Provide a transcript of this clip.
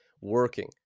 working